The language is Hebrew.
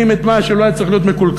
את מה שלא היה צריך להיות מקולקל,